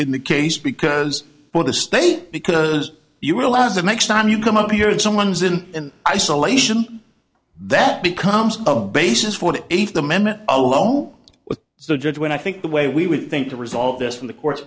in the case because of the state because you realize that next time you come up here and someone's in an isolation that becomes the basis for the eighth amendment alone with so judge when i think the way we would think to resolve this from the courts